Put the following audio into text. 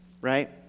right